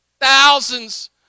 thousands